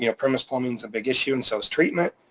you know premise plumbing's a big issue and so it's treatment.